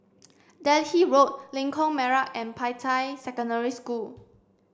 Delhi Road Lengkok Merak and Peicai Secondary School